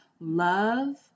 love